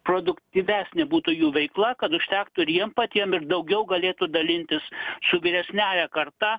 produktyvesnė būtų jų veikla kad užtektų ir jiem patiem ir daugiau galėtų dalintis su vyresniąja karta